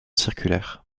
circulaire